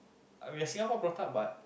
uh we're Singapore brought up but